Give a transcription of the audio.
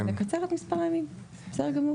בסדר גמור.